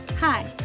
Hi